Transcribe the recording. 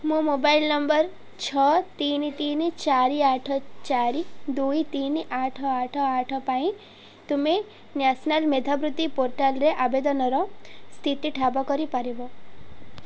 ମୋ mobile number ଛଅ ତିନି ତିନି ଚାରି ଆଠ ଚାରି ଦୁଇ ତିନି ଆଠ ଆଠ ଆଠ ପାଇଁ ତୁମେ ନ୍ୟାସନାଲ୍ ମେଧାବୃତ୍ତି ପୋର୍ଟାଲରେ ଆବେଦନର ସ୍ଥିତି ଠାବ କରି ପାରିବ